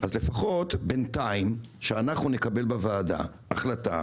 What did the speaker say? לפחות בינתיים שאנו נקבל בוועדה החלטה,